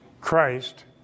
Christ